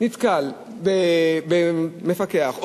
נתקל בפקח,